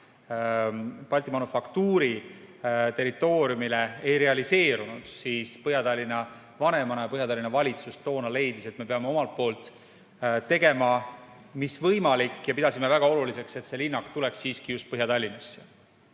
Balti Manufaktuuri territooriumile ei realiseerunud, siis mina Põhja-Tallinna vanemana leidsin ja kogu Põhja-Tallinna valitsus toona leidis, et me peame omalt poolt tegema kõik, mis võimalik – me pidasime seda väga oluliseks –, et see linnak tuleks siiski just Põhja-Tallinnasse.